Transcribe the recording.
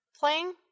playing